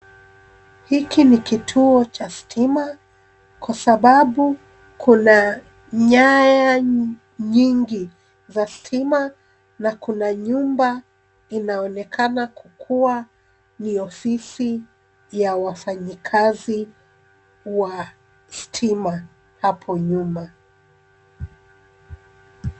Hiki ni kituo cha stima kwa sababu kuna nyaya nyingi za stima na kuna nyumba inaonekana kuwa ni ofisi ya wafanyikazi wa stima hapo nyuma.